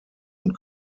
und